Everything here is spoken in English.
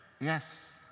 yes